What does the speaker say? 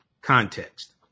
Context